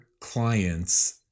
clients